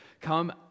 come